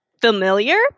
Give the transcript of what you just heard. familiar